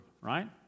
right